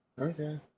Okay